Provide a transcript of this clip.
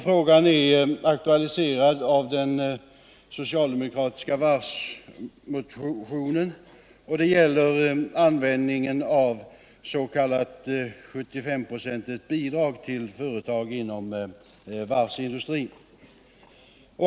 Frågan är aktualiserad i den socialdemokratiska varvsmotionen och gäller användningen av s.k. 75-procentigt bidrag till företag inom varvsindustrin.